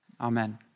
Amen